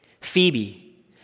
Phoebe